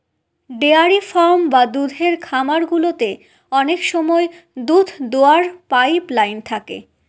dairy farm বা দুধের খামার গুলোতে অনেক সময় দুধ দোওয়ার পাইপ লাইন থাকে